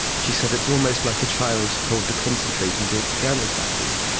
she said it's almost like a child told to concentrate and do its piano practice.